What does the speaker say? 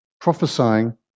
prophesying